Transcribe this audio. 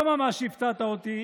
לא ממש הפתעת אותי